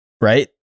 right